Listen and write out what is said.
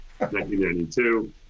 1992